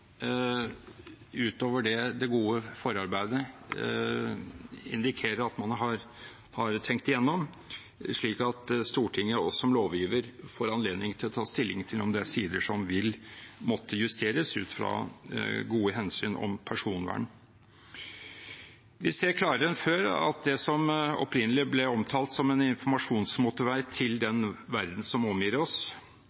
utover det det gode forarbeidet indikerer at man har tenkt igjennom, slik at Stortinget som lovgiver får anledning til å ta stilling til om det er sider som vil måtte justeres ut fra gode hensyn til personvern. Vi ser klarere enn før at det som opprinnelig ble omtalt som en informasjonsmotorvei til den